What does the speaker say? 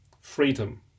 Freedom